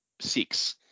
six